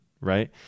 Right